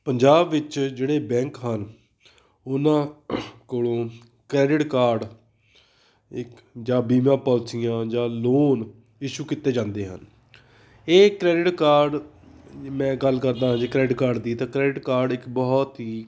ਪੰਜਾਬ ਵਿੱਚ ਜਿਹੜੇ ਬੈਂਕ ਹਨ ਉਹਨਾਂ ਕੋਲੋਂ ਕ੍ਰੈਡਿਟ ਕਾਰਡ ਇੱਕ ਜਾਂ ਬੀਮਾ ਪੋਲਸੀਆਂ ਜਾਂ ਲੋਨ ਇਸ਼ੂ ਕੀਤੇ ਜਾਂਦੇ ਹਨ ਇਹ ਕ੍ਰੈਡਿਟ ਕਾਰਡ ਮੈਂ ਗੱਲ ਕਰਦਾ ਜੇ ਕ੍ਰੈਡਿਟ ਕਾਰਡ ਦੀ ਤਾਂ ਕ੍ਰੈਡਿਟ ਕਾਰਡ ਇੱਕ ਬਹੁਤ ਹੀ